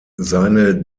seine